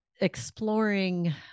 exploring